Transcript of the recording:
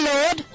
Lord